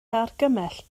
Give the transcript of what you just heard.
argymell